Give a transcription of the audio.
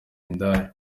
indaya